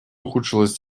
ухудшилась